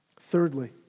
Thirdly